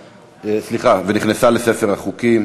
ונכנסה לספר החוקים